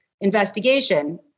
investigation